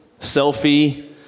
selfie